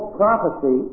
prophecy